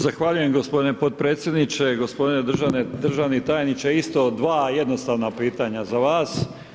Zahvaljujem g. potpredsjedniče. g. Državni tajniče, isto dva jednostavna pitanja za vas.